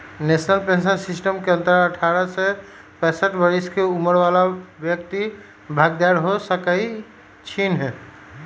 national pension system के अंतर्गत अठारह से पैंसठ बरिश के उमर बला व्यक्ति भागीदार हो सकइ छीन्ह